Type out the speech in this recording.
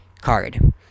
card